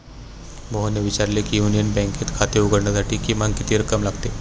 मोहनने विचारले की युनियन बँकेत खाते उघडण्यासाठी किमान किती रक्कम लागते?